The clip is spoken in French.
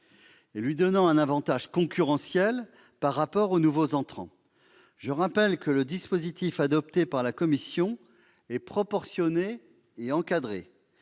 lui donnant un avantage concurrentiel par rapport aux nouveaux entrants. Je rappelle que le dispositif adopté par la commission est proportionné et encadré